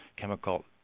Chemical